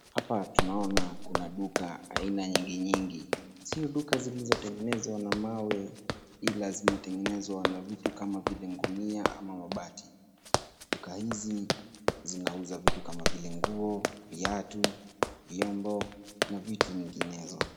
Hapa tunaona kuna duka aina nyingi nyingi. Sio duka zilizotengenezwa na mawe ila zimetengenezwa na vitu kama vile gunia ama mabati. Duka hizi zinauza bidhaa kama vile nguo, viatu, vyombo na vitu nyinginezo.